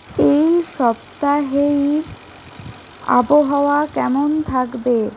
এই সপ্তাহের আবহাওয়া কেমন থাকবে